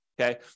okay